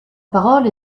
parole